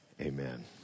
amen